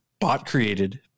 bot-created